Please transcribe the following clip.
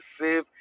save